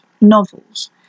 novels